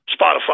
Spotify